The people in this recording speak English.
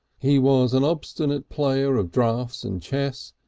he was an obstinate player of draughts and chess,